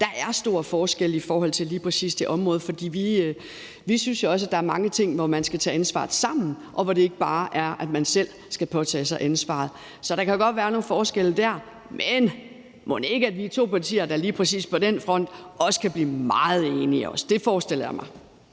Der er stor forskel i forhold til lige præcis det område, for vi synes jo også, at der er mange ting, som man skal tage ansvaret for sammen, og som man ikke bare selv skal påtage sig ansvaret for. Så der kan godt være nogle forskelle der, men mon ikke vi er to partier, der lige præcis på den front også kan blive meget enige. Det forestiller jeg mig.